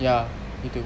ya gitu